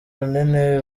runini